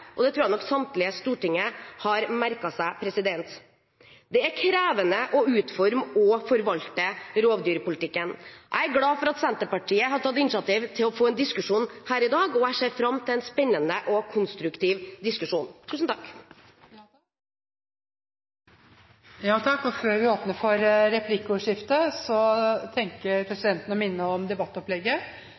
og det tror jeg nok samtlige i Stortinget har merket seg. Det er krevende å utforme og forvalte rovdyrpolitikken. Jeg er glad for at Senterpartiet har tatt initiativ til å få en diskusjon her i dag, og jeg ser fram til en spennende og konstruktiv diskusjon. Det blir åpnet for replikkordskifte. Ifølge rovviltforliket punkt 2.2.10 og 2.2.12 er lisensfelling hovedvirkemiddelet for